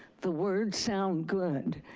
the words sound good.